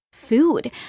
food